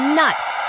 nuts